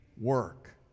work